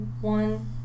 one